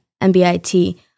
MBIT